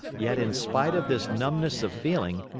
yet, in spite of this numbness of feeling,